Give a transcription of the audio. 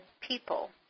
people